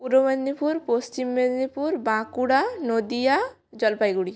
Purba Medinipur Paschim Medinipur Bankura Nadia Jalpaiguri